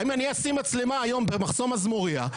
אם אני אשים מצלמה היום במחסום מזמוריה,